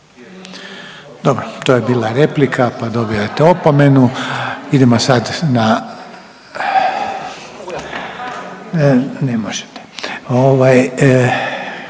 Dobro, to je bila replika pa dobijate opomenu. Idemo sad na …/Upadica